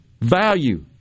value